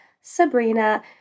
Sabrina